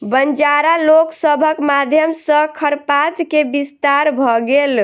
बंजारा लोक सभक माध्यम सॅ खरपात के विस्तार भ गेल